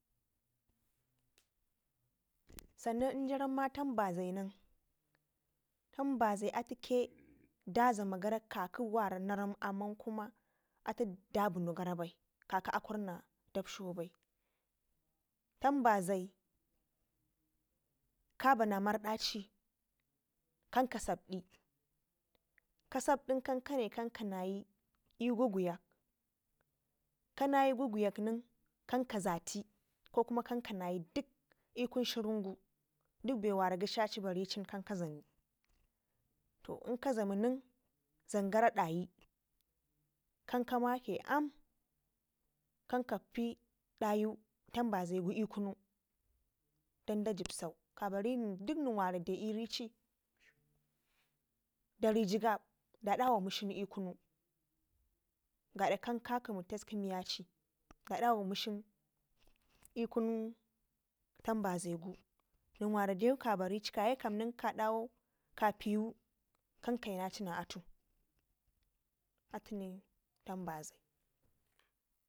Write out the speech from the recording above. San nan in daramma tambazai nen tambazai da dlama gara kaki wara narram amman atukuma dabune gara bai kaki akurna dabsho bai tambafai kabine mardaci kan ka sabdi kasabdin kane kan ka nayi iguguyak kanayi guguyak nen kan ka zati ko kuma kan ka na yi ikun shinigu dik bewa na gɘshaci baricin kan ka dlami to in ka slaminen dlamgara ɗai kan ka makɘ aam kan kapi tambazai gu ikunu dagen sau ka bari nen gyid nen wara deu iricin dari gegam da dawa mushin ikunu gada kanka mu taste i miyyaci ikunu tambazaigu kaye kam nen kadawau ka piwu kan kayi naci na atu atune tambazai.